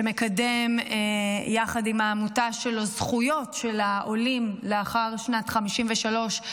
שמקדם יחד עם העמותה שלו את הזכויות של העולים לאחר שנת 1953,